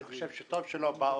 אני חושב שטוב שלא באו.